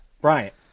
Bryant